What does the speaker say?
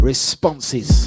Responses